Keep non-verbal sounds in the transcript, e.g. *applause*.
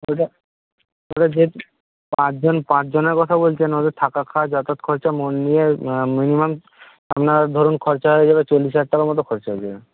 ওটা ওটা যে *unintelligible* পাঁচজন পাঁচজনের কথা বলছেন ওদের থাকা খাওয়া যাতায়াত খরচা *unintelligible* নিয়ে মিনিমাম আপনার ধরুন খরচা হয়ে যাবে চল্লিশ হাজার টাকা মতো খরচা হয়ে যাবে